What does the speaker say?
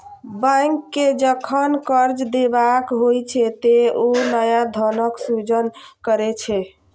bank कें जखन कर्ज देबाक होइ छै, ते ओ नया धनक सृजन करै छै